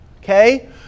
Okay